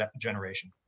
generation